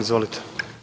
Izvolite.